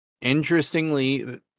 Interestingly